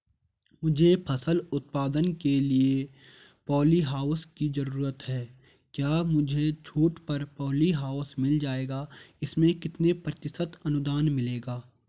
मुझे फसल उत्पादन के लिए प ॉलीहाउस की जरूरत है क्या मुझे छूट पर पॉलीहाउस मिल जाएगा इसमें कितने प्रतिशत अनुदान मिलेगा?